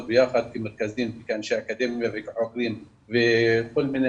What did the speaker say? ביחד כמרכזים וכאנשי אקדמיה וכחוקרים וכל מיני